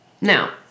now